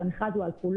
אבל המכרז הוא על כולו.